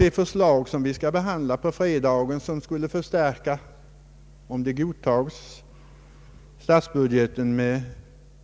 Det förslag som vi skall behandla på fredag och som, därest det godtas, kommer att förstärka statsbudgeten med